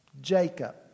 Jacob